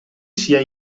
sia